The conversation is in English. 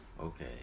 Okay